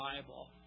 Bible